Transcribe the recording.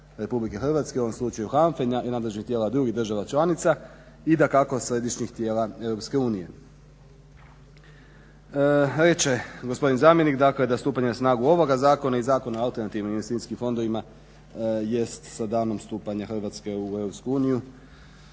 tijela RH u ovom slučaju HANFA-e i nadležnih tijela drugih država članica i dakako središnjih tijela EU. Reče gospodin zamjenik da stupanje na snagu ovoga zakona i zakona o alternativnim investicijskim fondovima jest sa danom stupanja Hrvatske u EU